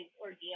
ordeal